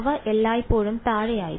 അല്ല അതാണ്